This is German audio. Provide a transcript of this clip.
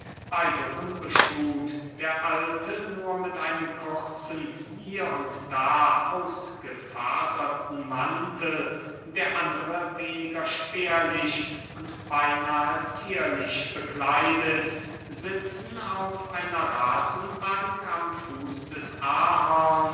beide unbeschuht der alte nur mit einem kurzen hier und da ausgefaserten mantel der andere weniger spärlich und beynahe zierlich bekleidet sitzen auf einer rasenbank am fuß des